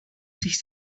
sich